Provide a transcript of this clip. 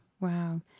Wow